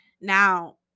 Now